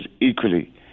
equally